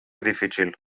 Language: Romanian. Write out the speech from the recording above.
dificil